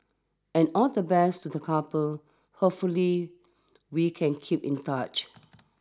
and all the best to the couple hopefully we can keep in touch